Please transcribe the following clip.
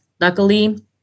luckily